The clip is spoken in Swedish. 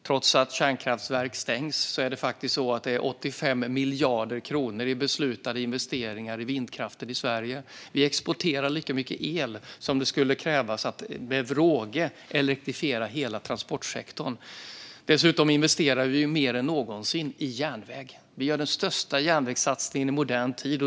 Trots att kärnkraftverk stängs är det 85 miljarder kronor i beslutade investeringar i vindkraften i Sverige. Vi exporterar lika mycket el som det skulle krävas att med råge elektrifiera hela transportsektorn. Dessutom investerar vi mer än någonsin i järnväg. Vi gör den största järnvägssatsningen i modern tid.